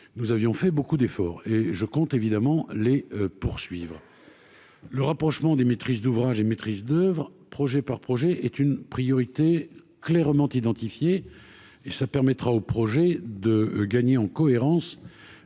nous avions fait beaucoup d'efforts et je compte évidemment les poursuivre. Le rapprochement des maîtrises d'ouvrage et maîtrise d'oeuvre, projet par projet est une priorité clairement identifiés et ça permettra au projet de gagner en cohérence